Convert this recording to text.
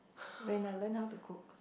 when I learn how to cook